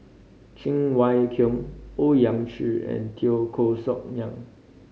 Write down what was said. Cheng Wai Keung Owyang Chi and Teo Koh Sock Miang